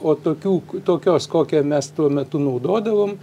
o tokių tokios kokią mes tuo metu naudodavom